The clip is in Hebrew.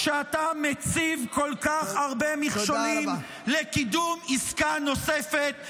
כשאתה מציב כל כך הרבה מכשולים לקידום עסקה נוספת?